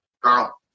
Carl